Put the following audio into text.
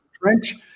French